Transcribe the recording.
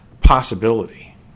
possibility